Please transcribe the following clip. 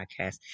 podcast